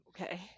okay